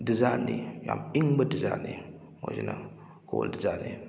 ꯗꯤꯖꯔꯠꯅꯤ ꯌꯥꯝ ꯏꯪꯕ ꯗꯤꯖꯥꯔꯠꯅꯤ ꯃꯣꯏꯁꯤꯅ ꯀꯣꯜ ꯗꯤꯖꯥꯔꯠꯅꯤ